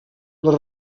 les